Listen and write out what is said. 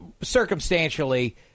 circumstantially